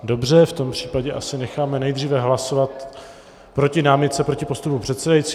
Dobře, v tom případě asi necháme nejdříve hlasovat o námitce proti postupu předsedajícího.